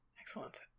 Excellent